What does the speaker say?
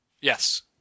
Yes